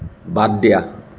বাদ দিয়া